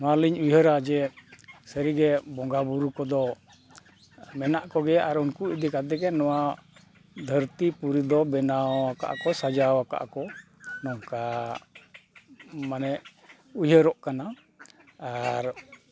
ᱱᱚᱣᱟᱞᱤᱧ ᱩᱭᱦᱟᱹᱨᱟ ᱡᱮ ᱥᱟᱹᱨᱤᱜᱮ ᱵᱚᱸᱜᱟ ᱵᱳᱨᱳ ᱠᱚᱫᱚ ᱢᱮᱱᱟᱜ ᱠᱚᱜᱮᱭᱟ ᱟᱨ ᱩᱱᱠᱩ ᱤᱫᱤ ᱠᱟᱛᱮᱫ ᱜᱮ ᱱᱚᱣᱟ ᱫᱷᱟᱹᱨᱛᱤ ᱯᱩᱨᱤ ᱫᱚ ᱵᱮᱱᱟᱣ ᱠᱟᱜᱼᱟ ᱠᱚ ᱥᱟᱡᱟᱣ ᱠᱟᱜ ᱠᱚ ᱱᱚᱝᱠᱟ ᱢᱟᱱᱮ ᱩᱭᱦᱟᱹᱨᱚᱜ ᱠᱟᱱᱟ ᱟᱨ